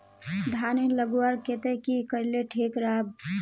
धानेर लगवार केते की करले ठीक राब?